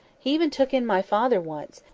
he even took in my father once,